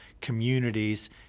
communities